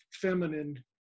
feminine